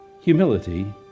humility